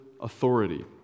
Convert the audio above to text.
authority